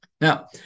Now